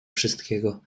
wszystkiego